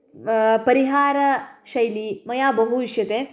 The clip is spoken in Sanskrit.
परिहारशैली मया बहु इष्यते